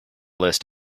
list